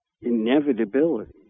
inevitability